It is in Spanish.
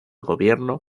gobierno